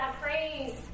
praise